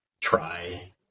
try